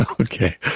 Okay